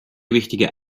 wichtige